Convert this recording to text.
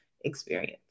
experience